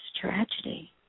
tragedy